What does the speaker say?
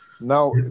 Now